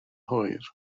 hwyr